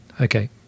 Okay